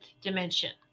dimension